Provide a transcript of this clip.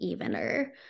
evener